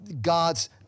God's